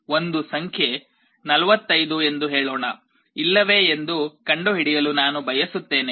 ಒಂದು ಸಂಖ್ಯೆ 45 ಎಂದು ಹೇಳೋಣ ಇಲ್ಲವೇ ಎಂದು ಕಂಡುಹಿಡಿಯಲು ನಾನು ಬಯಸುತ್ತೇನೆ